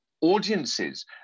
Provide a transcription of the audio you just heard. audiences